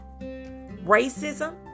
Racism